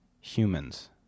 humans